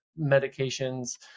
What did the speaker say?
medications